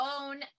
own